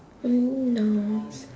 only nouns